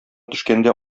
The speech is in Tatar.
төшкәндә